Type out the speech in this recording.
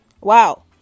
Wow